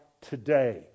today